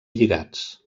lligats